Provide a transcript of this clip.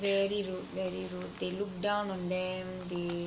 very rude very rude they look down on them they